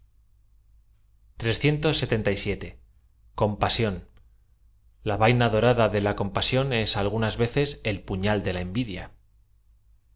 l a vaina dorada de la compasión es algunas veces el puñal de la envidia